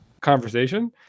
conversation